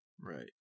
Right